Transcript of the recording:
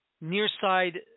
near-side